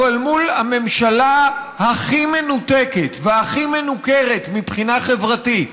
אבל מול הממשלה הכי מנותקת והכי מנוכרת מבחינה חברתית,